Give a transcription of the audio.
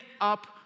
up